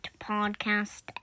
podcast